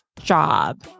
job